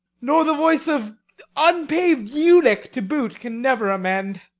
nor the voice of unpaved eunuch to boot, can never amend.